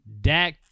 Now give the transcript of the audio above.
Dak